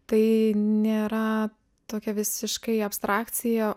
tai nėra tokia visiškai abstrakcija